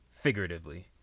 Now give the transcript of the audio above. figuratively